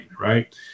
right